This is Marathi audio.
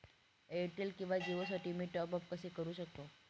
एअरटेल किंवा जिओसाठी मी टॉप ॲप कसे करु शकतो?